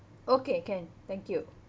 okay can thank you